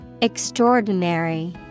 Extraordinary